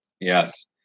Yes